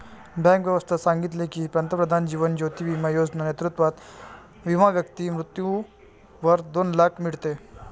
bank व्यवस्था सांगितले की, पंतप्रधान जीवन ज्योती बिमा योजना नेतृत्वात विमा व्यक्ती मृत्यूवर दोन लाख मीडते